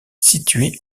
situé